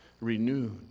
renewed